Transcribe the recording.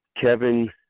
Kevin